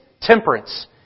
temperance